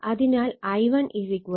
അതിനാൽ I1 0